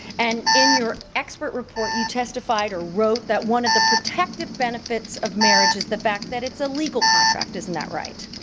and in your expert report you testified or you wrote that one of the protective benefits of marriage is the fact that it's a legal contract isn't that right?